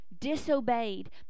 disobeyed